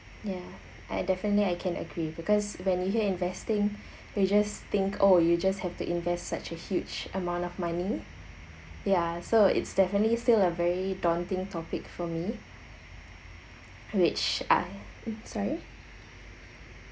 ya I definitely I can agree because when you hear investing you just think oh you just have to invest such a huge amount of money ya so it's definitely still a very daunting topic for me which I sorry